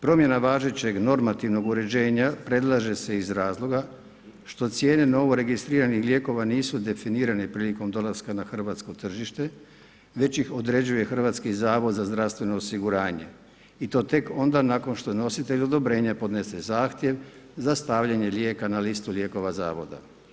Promjena važećeg normativnog uređenja, predlaže se iz razloga, što cijene novo registriranih lijekova, nisu definirane prilikom dolaska na hrvatsko tržište, već ih određuje HZZO i to tek onda nakon što nositelj odobrenja podnese zahtjev za stavljanje lijeka na listu lijekova zakona.